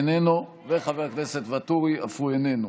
איננו, וחבר הכנסת ואטורי אף הוא איננו.